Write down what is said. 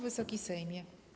Wysoki Sejmie!